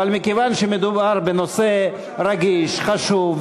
אבל מכיוון שמדובר בנושא רגיש וחשוב,